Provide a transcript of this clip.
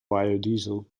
biodiesel